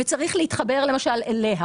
וצריך להתחבר אליה.